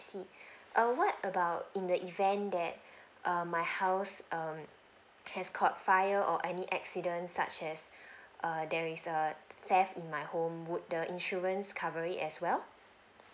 I see err what about in the event that um my house um has caught fire or any accidents such as err there is a theft in my home would the insurance cover it as well